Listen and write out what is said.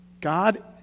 God